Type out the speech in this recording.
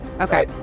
Okay